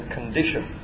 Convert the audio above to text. condition